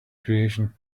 creation